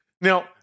Now